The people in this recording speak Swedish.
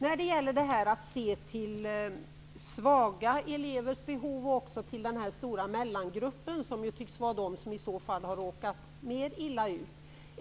När det gäller att se till svaga elevers behov och även till behoven hos den stora mellangruppen, som tycks vara den som har råkat mest illa ut, vill jag säga följande.